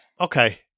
Okay